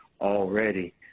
already